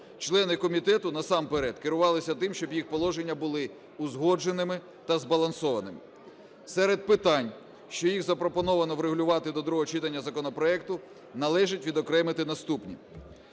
члени комітету насамперед керувалися тим, щоб їх положення були узгодженими та збалансованими. Серед питань, що їх запропоновано врегулювати до другого читання законопроекту, належить відокремити наступні: